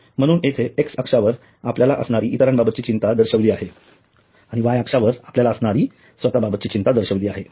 म्हणून येथे एक्स अक्षावर आपल्याला असणारी इतरांबाबतची चिंता दर्शिविली आहे आणि वाय अक्षावर आपल्याला असणारी स्वतः बाबतची चिंता दर्शिविली आहे